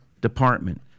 department